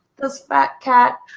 this fat cat.